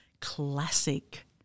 classic